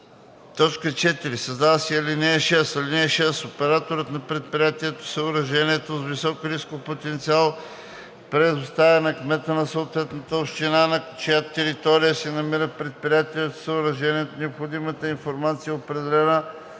4. Създава се ал. 6: „(6) Операторът на предприятие/съоръжение с висок рисков потенциал предоставя на кмета на съответната община, на чиято територия се намира предприятието/съоръжението, необходимата информация, определена